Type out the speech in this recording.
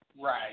Right